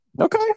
okay